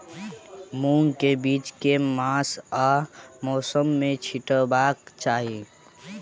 मूंग केँ बीज केँ मास आ मौसम मे छिटबाक चाहि?